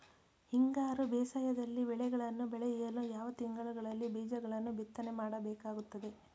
ಹಿಂಗಾರು ಬೇಸಾಯದಲ್ಲಿ ಬೆಳೆಗಳನ್ನು ಬೆಳೆಯಲು ಯಾವ ತಿಂಗಳುಗಳಲ್ಲಿ ಬೀಜಗಳನ್ನು ಬಿತ್ತನೆ ಮಾಡಬೇಕಾಗುತ್ತದೆ?